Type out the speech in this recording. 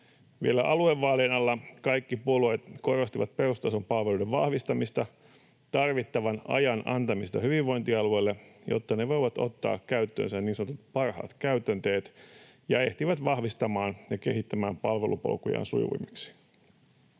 aluevaalien alla kaikki puolueet korostivat perustason palveluiden vahvistamista ja tarvittavan ajan antamista hyvinvointialueille, jotta ne voivat ottaa käyttöönsä niin sanotut parhaat käytänteet ja ehtivät vahvistamaan ja kehittämään palvelupolkujaan sujuvammiksi.